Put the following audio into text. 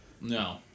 No